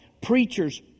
preachers